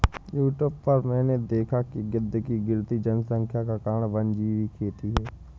YouTube में मैंने देखा है कि गिद्ध की गिरती जनसंख्या का कारण वन्यजीव खेती है